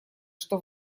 что